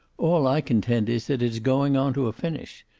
all i contend is that it is going on to a finish.